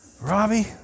Robbie